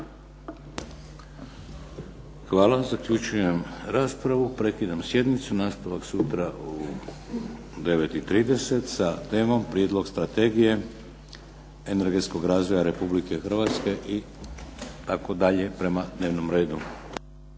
Hvala. Zaključujem raspravu. Prekidam sjednicu. Nastavak sutra u 9,30 sa temom Prijedlog strategije energetskog razvoja Republike Hrvatske itd. prema dnevnom redu.